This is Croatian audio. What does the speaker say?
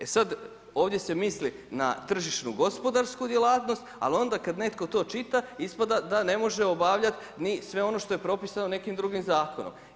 E sada ovdje se misli na tržišno gospodarsku djelatnost, ali onda kada netko to čita ispada da ne može obavljati ni sve ono što je propisano nekim drugim zakonom.